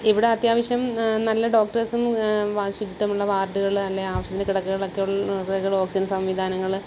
ഇവിടെ അത്യാവശ്യം നല്ല ഡോക്ടേഴ്സും ശുചിത്വമുള്ള വാർഡ്കൾ അല്ലേൽ ആവശ്യത്തിന് കിടക്കകളൊക്കെ ഒൾ ഓക്സിജൻ സംവിധാനങ്ങൾ